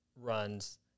runs